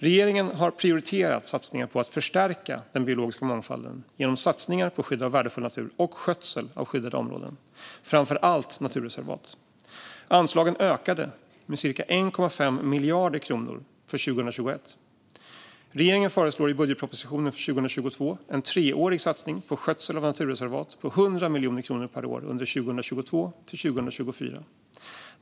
Regeringen har prioriterat satsningar på att förstärka den biologiska mångfalden genom satsningar på skydd av värdefull natur och skötsel av skyddade områden, framför allt naturreservat. Anslagen ökade med cirka 1,5 miljarder kronor för 2021. Regeringen föreslår i budgetpropositionen för 2022 en treårig satsning på skötsel av naturreservat på 100 miljoner kronor per år under 2022-2024.